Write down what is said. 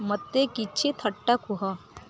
ମୋତେ କିଛି ଥଟ୍ଟା କୁହ